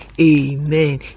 amen